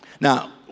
Now